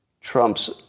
Trump's